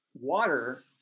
water